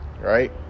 Right